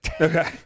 Okay